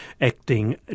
Acting